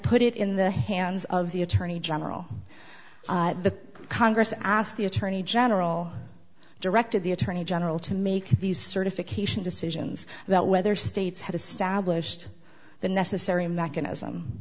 put it in the hands of the attorney general the congress asked the attorney general directed the attorney general to make these certification decisions about whether states had established the necessary mechanism